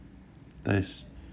that is